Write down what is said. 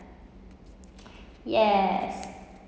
yes